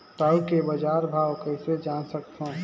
टाऊ के बजार भाव कइसे जान सकथव?